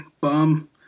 bum